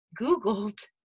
Googled